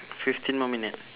fifteen more minute